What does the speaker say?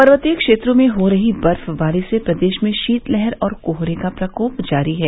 पर्वतीय क्षेत्रों में हो रही बर्फबारी से प्रदेश में शीतलहर और कोहरे का प्रकोप जारी है